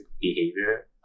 behavior